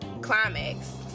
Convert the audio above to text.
climax